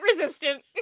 resistant